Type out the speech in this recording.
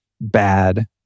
bad